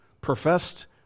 professed